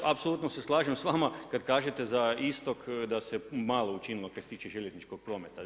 Apsolutno se slažem s vama kada kažete za istok da se malo učinilo šta se tiče željezničkog prometa.